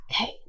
Okay